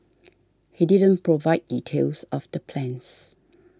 he didn't provide details of the plans